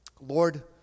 Lord